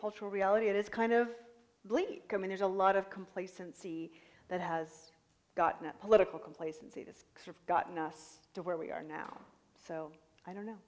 cultural reality it is kind of bleak i mean there's a lot of complacency that has gotten that political complacency that's gotten us to where we are now so i don't know